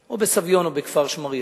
או בסביון או בכפר-שמריהו.